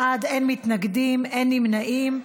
51 בעד, אין מתנגדים, אין נמנעים.